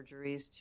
surgeries